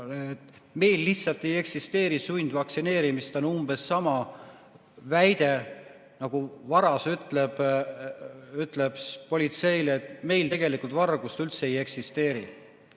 meil lihtsalt ei eksisteeri sundvaktsineerimist, on umbes samasugune lause, nagu varas ütleks politseile, et meil tegelikult vargust üldse ei eksisteeri.